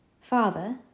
Father